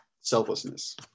selflessness